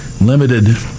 limited